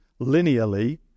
linearly